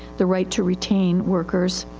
the right to retain workers,